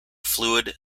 fluid